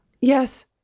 Yes